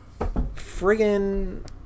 friggin